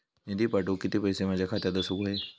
निधी पाठवुक किती पैशे माझ्या खात्यात असुक व्हाये?